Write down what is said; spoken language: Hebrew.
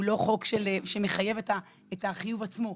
הוא לא חוק שמחייב את החיוב עצמו,